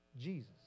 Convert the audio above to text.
Jesus